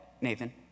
Nathan